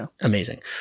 amazing